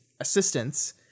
assistance